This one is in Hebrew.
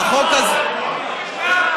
החוק הזה, אללה אכבר.